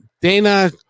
Dana